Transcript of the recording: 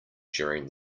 during